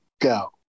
Go